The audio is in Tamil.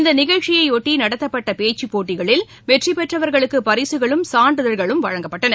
இந்த நிகழ்ச்சியையொட்டி நடத்தப்பட்ட பேச்சுப் போட்டிகளில் வெற்றி பெற்றவர்களுக்கு பரிசுகளும் சான்றிதழ்களும் வழங்கப்பட்டன